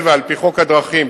על-פי חוק הדרכים,